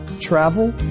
travel